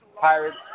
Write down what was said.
Pirates